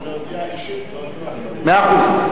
אפשר להודיע אישית, לא, מאה אחוז.